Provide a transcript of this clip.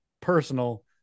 personal